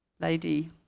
lady